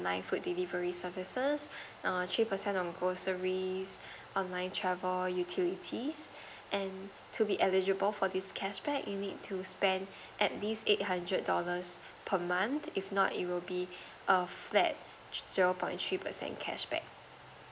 online food delivery services err three percent on groceries online travel utilities and to be eligible for this cash back you need to spend at least eight hundred dollars per month if not it will be a flat zero point three percent cash back